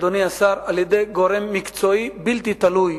אדוני השר, על-ידי גורם מקצועי בלתי תלוי.